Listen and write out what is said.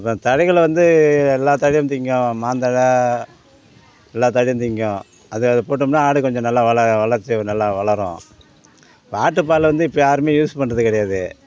அப்புறம் தழைகள வந்து எல்லாத் தழையும் திங்கும் மாந்தழை எல்லாத் தழையும் திங்கும் அது அது போட்டோம்னால் ஆடு கொஞ்சம் நல்லா வள வளர்ச்சி நல்லா வளரும் ஆட்டுப்பாலை வந்து இப்போ யாரும் யூஸ் பண்ணுறது கிடையாது